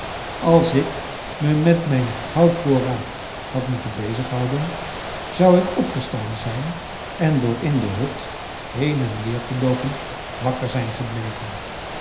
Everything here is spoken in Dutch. als ik me met mijn houtvoorraad had moeten bezighouden zou ik opgestaan zijn en door in de hut heen-en-weer te loopen wakker zijn gebleven